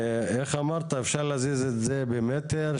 אפשר להזיז את הרכב במטר,